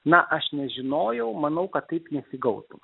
na aš nežinojau manau kad taip nesigautų